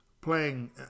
playing